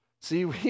See